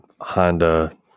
Honda